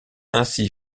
ainsi